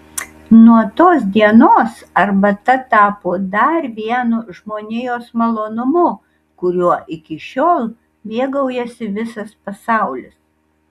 nuo tos dienos arbata tapo dar vienu žmonijos malonumu kuriuo iki šiol mėgaujasi visas pasaulis